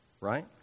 right